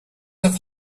have